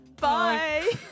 Bye